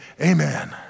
amen